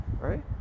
right